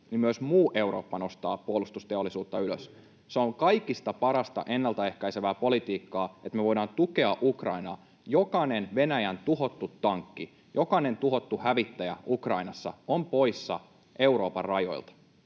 ylös, myös muu Eurooppa nostaa puolustusteollisuuttaan ylös. [Vasemmalta: Juuri näin!] Se on kaikista parasta ennaltaehkäisevää politiikkaa, että me voidaan tukea Ukrainaa. Jokainen Venäjän tuhottu tankki, jokainen tuhottu hävittäjä Ukrainassa on poissa Euroopan rajoilta.